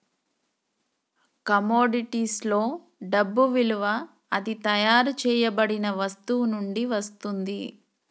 కమోడిటీస్లో డబ్బు విలువ అది తయారు చేయబడిన వస్తువు నుండి వస్తుంది